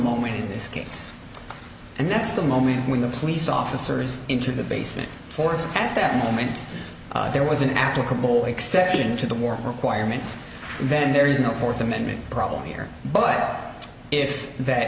moment in this case and that's the moment when the police officers into the basement force at that moment there was an applicable exception to the war requirement then there is no fourth amendment problem here but if that